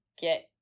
get